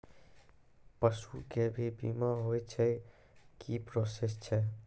पसु के भी बीमा होय छै, की प्रोसेस छै?